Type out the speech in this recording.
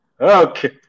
Okay